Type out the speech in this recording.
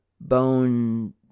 bone